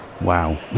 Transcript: Wow